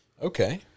Okay